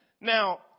Now